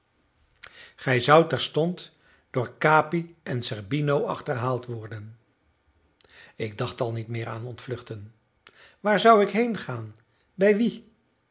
gij zoudt terstond door capi en zerbino achterhaald worden ik dacht al niet meer aan ontvluchten waar zou ik heengaan bij wien